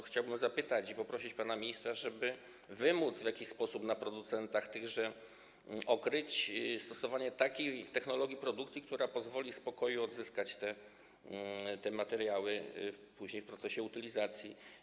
Chciałbym więc zapytać, poprosić pana ministra, żeby wymóc w jakiś sposób na producentach tychże okryć stosowanie takiej technologii produkcji, która pozwoli spokojnie odzyskać te materiały później, w procesie utylizacji.